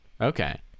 okay